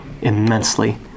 immensely